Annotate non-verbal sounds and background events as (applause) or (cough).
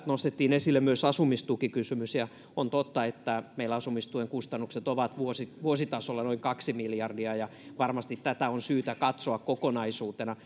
nostettiin esille myös asumistukikysymys ja on totta että meillä asumistuen kustannukset ovat vuositasolla noin kaksi miljardia ja tätä on varmasti syytä katsoa kokonaisuutena (unintelligible)